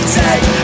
take